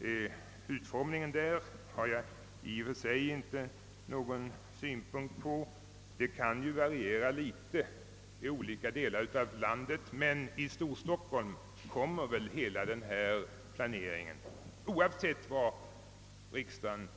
Själva utformningen har jag i och för sig inga synpunkter på — den kan ju variera i olika delar av landet. Men i Storstockholm kommer väl denna planering, oavsett vad riksdagen